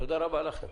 תודה רבה לכם,